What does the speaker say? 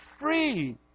free